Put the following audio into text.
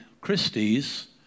Christie's